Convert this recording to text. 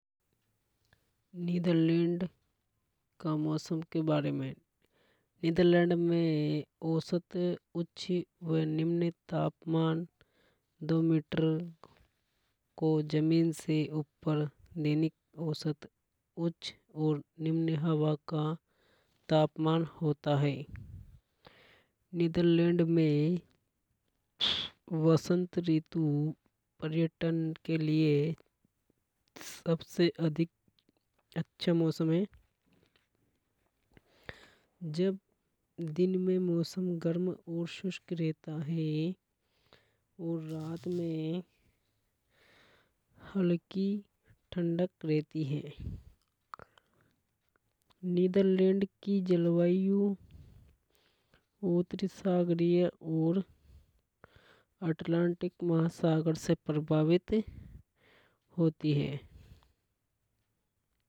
नीदरलैंड का मौसम के बारे में नीदरलैंड में औसत उच्च व निम्न तापमान दो मीटर को जमीन से ऊपर दैनिक औसत उच्च और निम्न हवा का तापमान होता है। नीदरलैंड में वसंत ऋतु पर्यटन के लिए सबसे अधिक अच्छा मौसम हे जब दिन में मौसम गर्म और शुष्क रहता है। और रात में हल्की ठंडक रहती हे नीदरलैंड की जलवायु उतरी सागरीय और अटलांटिक महासागर से प्रभावित होती है।